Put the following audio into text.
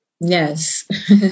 Yes